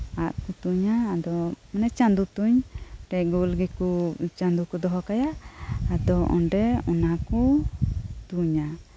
ᱟᱜᱠᱩ ᱛᱩᱧᱟ ᱟᱫᱚ ᱚᱱᱮ ᱪᱟᱸᱫᱩ ᱛᱩᱧ ᱢᱤᱫᱴᱮᱡ ᱜᱚᱞᱜᱮᱠᱩ ᱪᱟᱸᱫᱩᱠᱩ ᱫᱚᱦᱚᱠᱟᱭᱟ ᱟᱫᱚ ᱚᱸᱰᱮ ᱚᱱᱟᱠᱩ ᱛᱩᱧᱟ